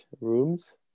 rooms